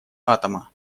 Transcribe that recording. атома